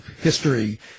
history